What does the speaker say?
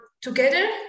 together